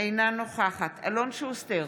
אינה נוכחת אלון שוסטר,